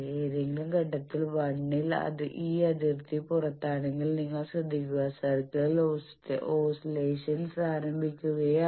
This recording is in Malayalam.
ഏതെങ്കിലും ഘട്ടത്തിൽ 1 ഈ അതിർത്തിക്ക് പുറത്താണെങ്കിൽ നിങ്ങൾ ശ്രദ്ധിക്കുക സർക്കിളിൽ ഓസ്ല്ലേഷൻസ് ആരംഭിക്കുകയാണ്